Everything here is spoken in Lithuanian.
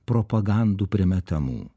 propagandų primetamų